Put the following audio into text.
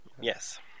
Yes